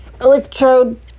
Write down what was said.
electrode